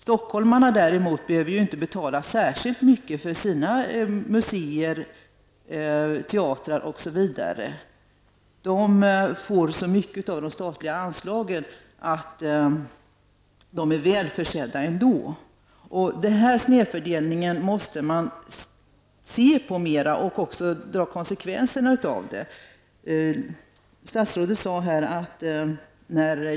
Stockholmarna behöver däremot inte betala särskilt mycket för sina museer, teatrar, osv. De får så mycket av de statliga anslagen att de är väl försedda ändå. Man måste i högre grad uppmärksamma denna snedfördelning och även dra konsekvenserna av den.